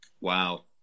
Wow